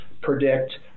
predict